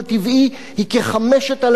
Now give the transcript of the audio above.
היא כ-5,000 דירות.